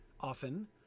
often